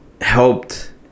helped